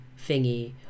thingy